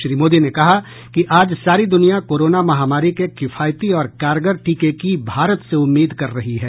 श्री मोदी ने कहा कि आज सारी दुनिया कोरोना महामारी के किफायती और कारगर टीके की भारत से उम्मीद कर रही है